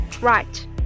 Right